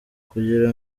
kugira